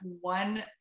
one